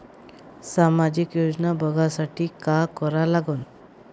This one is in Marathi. सामाजिक योजना बघासाठी का करा लागन?